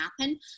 happen